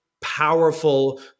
powerful